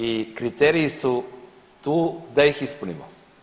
I kriteriji su tu da ih ispunimo.